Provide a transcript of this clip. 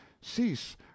cease